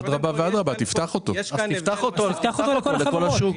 אדרבה ואדרבה, תפתח אותו לכל השוק.